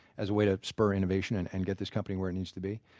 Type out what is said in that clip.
as a way to spur innovation and and get this company where it needs to be.